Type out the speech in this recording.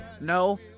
No